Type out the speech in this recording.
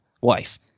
wife